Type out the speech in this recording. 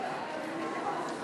(תיקוני חקיקה להשגת יעדי התקציב לשנות התקציב 2015 ו-2016),